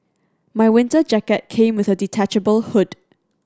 my winter jacket came with a detachable hood